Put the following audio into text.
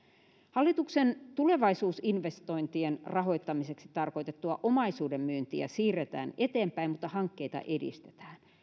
hallituksen tulevaisuusinvestointien rahoittamiseksi tarkoitettua omaisuuden myyntiä siirretään eteenpäin mutta hankkeita edistetään